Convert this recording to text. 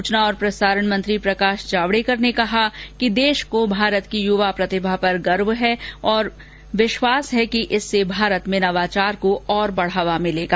सूचना और प्रसारण मंत्री प्रकाश जावड़ेकर ने कहा कि देश को भारत की युवा प्रतिभा पर गर्व है और विश्वास है कि इससे भारत में नवाचार को और बढ़ावा मिलेगा